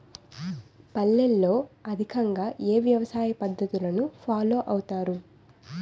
పల్లెల్లో అధికంగా ఏ వ్యవసాయ పద్ధతులను ఫాలో అవతారు?